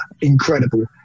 Incredible